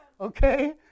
Okay